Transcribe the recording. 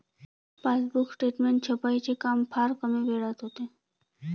passbook statement छपाईचे काम फार कमी वेळात होते